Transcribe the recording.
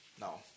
No